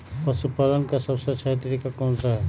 पशु पालन का सबसे अच्छा तरीका कौन सा हैँ?